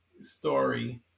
story